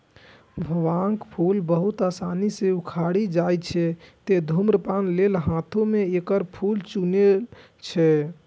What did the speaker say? भांगक फूल बहुत आसानी सं उखड़ि जाइ छै, तें धुम्रपान लेल हाथें सं एकर फूल चुनै छै